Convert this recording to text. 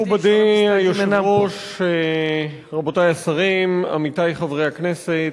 מכובדי היושב-ראש, רבותי השרים, עמיתי חברי הכנסת,